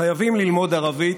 חייבים ללמוד ערבית,